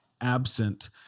absent